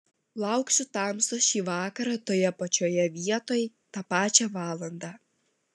lauksiu tamstos šį vakarą toje pačioje vietoj tą pačią valandą